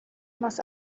más